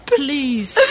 please